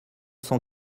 cent